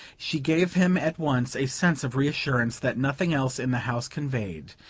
she gave him at once a sense of reassurance that nothing else in the house conveyed,